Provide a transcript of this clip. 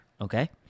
Okay